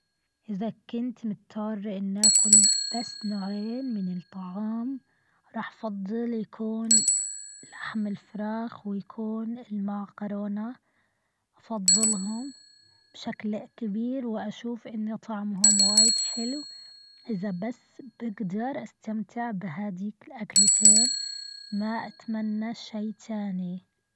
إذا كنت متضطرة أني أكل بس نوعين من الطعام. راح أفضل يكون لحم الفراخ ويكون المعكرونة افضلهم بشكل كبير واشوف إن طعمهم وايد حلو. إذا بس بقدر استمتع بهاديك الأكلتين ما اتمنى شي تاني.